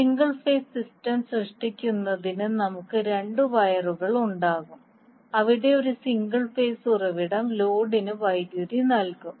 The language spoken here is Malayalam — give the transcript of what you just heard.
സിംഗിൾ ഫേസ് സിസ്റ്റം സൃഷ്ടിക്കുന്നതിന് നമുക്ക് രണ്ട് വയറുകളുണ്ടാകും അവിടെ ഒരു സിംഗിൾ ഫേസ് ഉറവിടം ലോഡിന് വൈദ്യുതി നൽകും